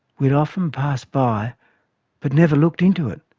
we had often passed by but never looked into it.